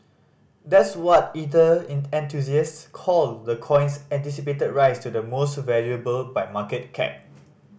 that's what ether enthusiasts call the coin's anticipated rise to the most valuable by market cap